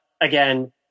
again